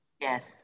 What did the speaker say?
Yes